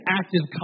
active